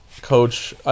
coach